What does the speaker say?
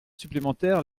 supplémentaires